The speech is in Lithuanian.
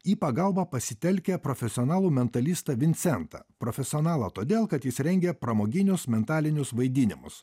į pagalbą pasitelkia profesionalų mentalistą vincentą profesionalą todėl kad jis rengia pramoginius mentalinius vaidinimus